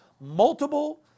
multiple